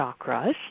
chakras